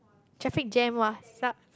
traffic jam [wah] sucks